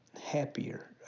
happier